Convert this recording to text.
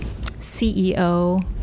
CEO